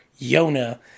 Yona